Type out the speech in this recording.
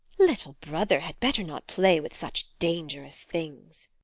little brother had better not play with such dangerous things.